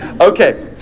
Okay